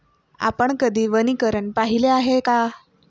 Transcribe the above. आपण कधी वनीकरण पाहिले आहे का?